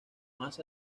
más